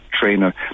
trainer